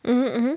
mmhmm mmhmm